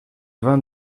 van